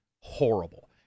horrible